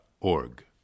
org